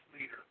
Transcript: leader